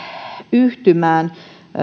yhtymään